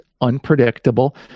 unpredictable